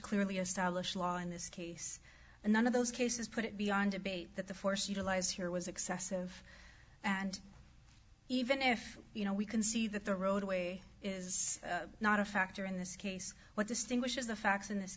clearly established law in this case and none of those cases put it beyond debate that the force utilize here was excessive and even if you know we can see that the roadway is not a factor in this case what distinguishes the facts in this